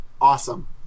Awesome